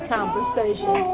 Conversation